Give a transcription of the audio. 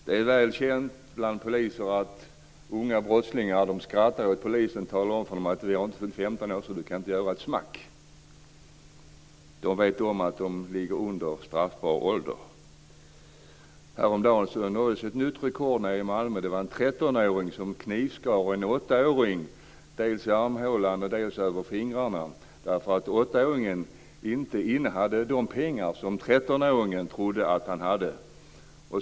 Det är väl känt bland poliser att unga brottslingar skrattar åt dem och säger: Jag har inte fyllt 15 år, så ni kan inte göra ett smack. De vet om att de är under straffbar ålder. Häromdagen sattes ett nytt rekord i Malmö. En 13-åring knivskar en 8-åring dels i armhålan, dels över fingrarna, därför att 8-åringen inte hade de pengar som 13-åringen trodde att han hade.